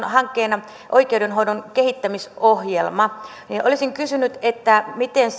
hankkeena oikeudenhoidon kehittämisohjelma niin olisin kysynyt miten